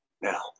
now